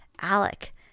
Alec